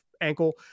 ankle